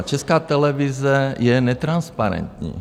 Česká televize je netransparentní.